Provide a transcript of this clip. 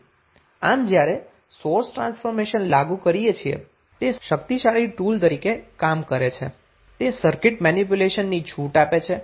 આમ જ્યારે source transformation લાગુ કરીએ છીએ તે એક શકિતશાળી ટુલ તરીકે કામ કરે છે તે સર્કિટ મેનિપ્યુલેશન ની છુટ આપે છે